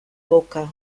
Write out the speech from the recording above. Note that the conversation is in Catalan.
boca